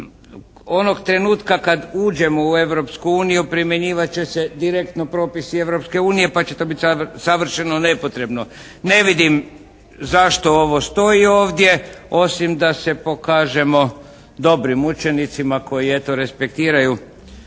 Onog trenutka kad uđemo u Europsku uniju primjenjivat će se direktno propisi Europske unije, pa će to biti savršeno nepotrebno. Ne vidim zašto ovo stoji ovdje, osim da se pokažemo dobrim učenicima koji eto, respektiraju